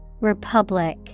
Republic